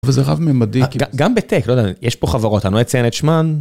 וזה רב מימדי, גם בטק, יש פה חברות, אני לא אציין את שמן.